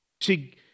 See